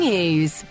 News